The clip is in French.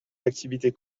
activités